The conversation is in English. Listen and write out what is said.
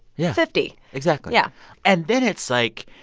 yeah. fifty exactly yeah and then it's like,